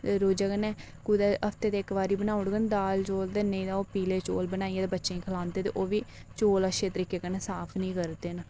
ते रोजै कन्नै कुदै हफ्ते कन्नै इक्क बारी बनाई ओड़ी दाल चौल ते नेईं तां ओह् पीले चौल बच्चें गी खलांदे ते ओह्बी चौल अच्छे तरीके कन्नै साफ निं करदे न